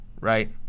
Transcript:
right